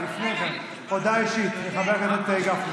לפני זה הודעה אישית של חבר הכנסת גפני,